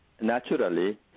naturally